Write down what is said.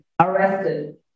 arrested